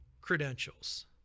credentials